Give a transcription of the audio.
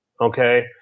Okay